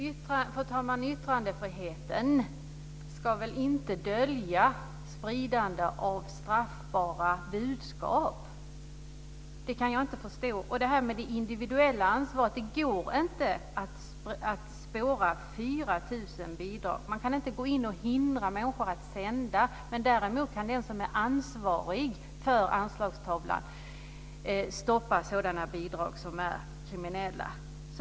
Fru talman! Yttrandefriheten ska väl inte dölja spridande av straffbara budskap. Det kan jag inte förstå. Och när det gäller det individuella ansvaret går det inte att spåra 4 000 bidrag. Man kan inte gå in och hindra människor att sända. Däremot kan den som är ansvarig för anslagstavlan stoppa sådana bidrag som är kriminella.